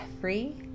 free